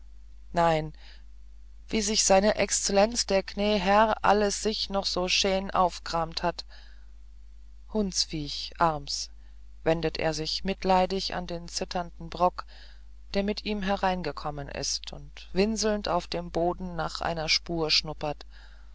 nein wie sich seine exzellenz der knäher alles selber noch so schän aufg'raamt hat hundsviech arm's wendet er sich mitleidig an den zitternden brock der mit ihm hereingekommen ist und winselnd auf dem boden nach einer spur schnuppert